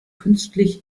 künstlich